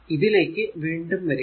ഇതിലേക്ക് വീണ്ടും വരിക